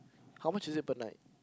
how much is it per night